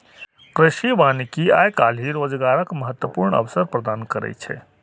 कृषि वानिकी आइ काल्हि रोजगारक महत्वपूर्ण अवसर प्रदान करै छै